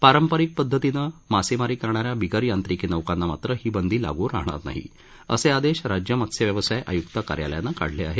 पारंपरिक पद्धतीनं मासेमारी करणाऱ्या बिगर यांत्रिकी नौकांना मात्र ही बंदी लागू राहणार नाही असे आदेश राज्य मत्स्यव्यवसाय आयुक्त कार्यालयानं काढले आहेत